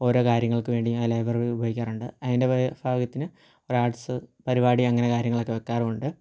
ഓരോ കാര്യങ്ങൾക്ക് വേണ്ടിയും ആ ലൈബ്രറി ഉപയോഗിക്കാറുണ്ട് അതിൻ്റെ ന് ഒരു ആർട്സ് പരിപാടി അങ്ങനെ കാര്യങ്ങളൊക്കെ വയ്ക്കാറു ഉണ്ട്